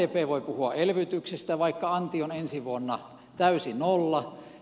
sdp voi puhua elvytyksestä vaikka anti on ensi vuonna täysi nolla